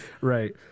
Right